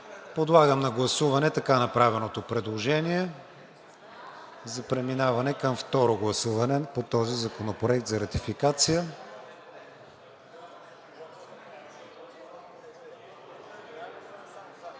Подлагам на гласуване така направеното предложение за преминаване към второ гласуване по този законопроект за ратификация.